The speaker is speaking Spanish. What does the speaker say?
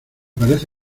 parece